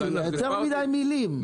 יותר מדי מילים.